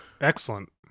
Excellent